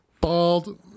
Bald